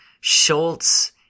Schultz